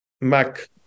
Mac